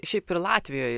šiaip ir latvijoj